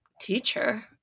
teacher